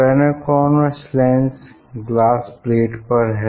plano convex lens glass plate पर है